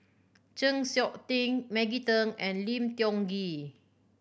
Chng Seok Tin Maggie Teng and Lim Tiong Ghee